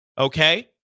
Okay